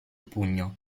pugno